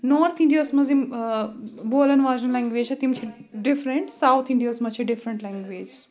north اِنڈیاہَس منٛز یِم بولَن واجؠن لٮ۪نٛگویجہِ چھےٚ تِم چھےٚ ڈِفرؠنٛٹ ساوُتھ اِنڈیاہَس منٛز چھےٚ ڈِفرنٛٹ لٮ۪نٛگویجِز